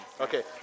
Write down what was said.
Okay